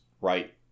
right